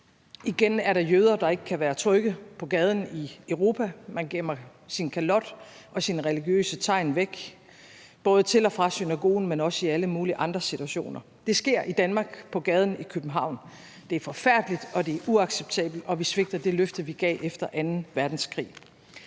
Igen er der jøder, der ikke kan være trygge på gaden i Europa. Man gemmer sin kalot og sine religiøse tegn væk, både til og fra synagogen, men også i alle mulige andre situationer. Det sker i Danmark på gaden i København. Det er forfærdeligt, og det er uacceptabelt, og vi svigter det løfte, vi gav efter anden verdenskrig.